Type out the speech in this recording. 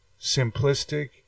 simplistic